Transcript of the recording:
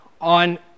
on